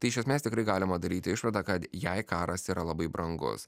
tai iš esmės tikrai galima daryti išvadą kad jai karas yra labai brangus